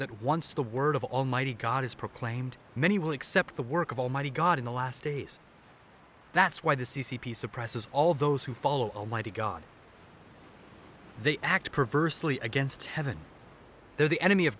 that once the word of almighty god is proclaimed many will accept the work of almighty god in the last days that's why the c c p suppresses all those who follow almighty god they act perversely against heaven though the enemy of